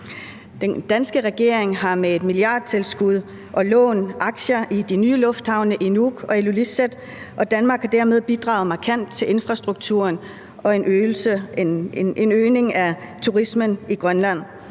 Den danske regering har med et milliardtilskud og lån aktier i de nye lufthavne i Nuuk og Ilulissat, og Danmark har dermed bidraget markant til infrastrukturen og en øgning af turismen i Grønland